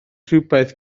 rhywbeth